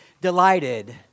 delighted